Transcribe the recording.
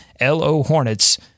LOHORNETS